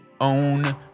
own